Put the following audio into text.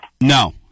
No